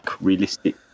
realistic